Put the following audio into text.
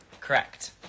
correct